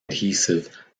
adhesive